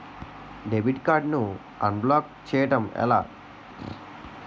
Debit card ను unblock block చేయటం ఎలా?